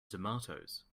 tomatoes